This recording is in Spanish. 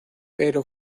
pero